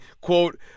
quote